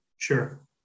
sure